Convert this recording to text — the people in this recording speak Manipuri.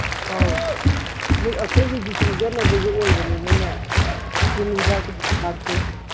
ꯑꯧ ꯃꯣꯏ ꯑꯩꯈꯣꯏꯒꯤ ꯑꯣꯏꯕꯅꯤꯅꯅꯦ ꯇꯤꯟ ꯍꯤꯗꯥꯛꯇꯤ ꯀꯥꯞꯇꯦ